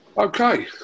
Okay